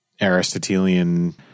aristotelian